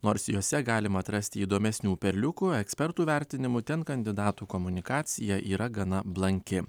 nors jose galima atrasti įdomesnių perliukų ekspertų vertinimu ten kandidatų komunikacija yra gana blanki